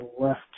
left